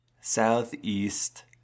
Southeast